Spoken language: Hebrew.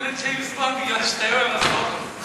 אמרו לג'יימס בונד "מפני שאתה יואל רזבוזוב".